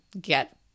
get –